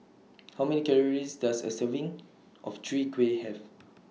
How Many Calories Does A Serving of Chwee Kueh Have